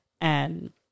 and-